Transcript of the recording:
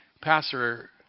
Pastor